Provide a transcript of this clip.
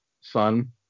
son